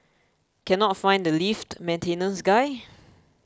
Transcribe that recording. cannot find the lift maintenance guy